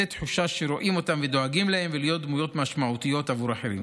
לתת תחושה שרואים אותם ודואגים להם ולהיות דמויות משמעותיות עבור אחרים.